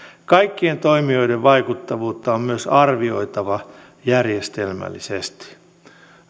kaikkien toimijoiden vaikuttavuutta on myös arvioitava järjestelmällisesti